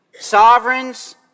sovereigns